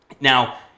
Now